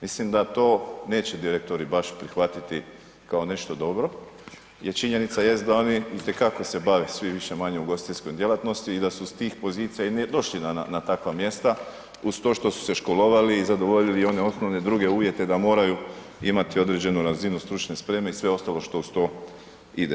Mislim da to neće direktori baš prihvatiti kao nešto dobro jer činjenica jest da oni itekako se bave svi više-manje ugostiteljskom djelatnošću i da su s tih pozicija i došli na takva mjesta uz to što su se školovali i zadovoljili i one osnovne druge uvjete da moraju imati određenu razinu stručne spreme i sve ostalo što uz to ide.